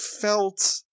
felt